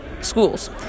schools